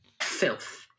filth